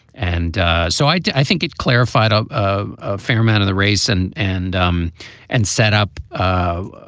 and so i i think it clarified ah um a fair amount of the race and and um and setup. ah